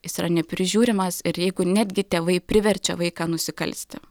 jis yra neprižiūrimas ir jeigu netgi tėvai priverčia vaiką nusikalsti